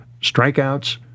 strikeouts